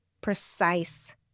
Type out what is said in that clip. precise